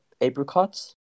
apricots